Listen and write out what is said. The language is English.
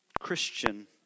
Christian